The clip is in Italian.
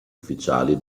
ufficiali